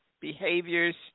behaviors